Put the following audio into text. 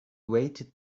weighted